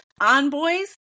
onboys